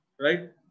Right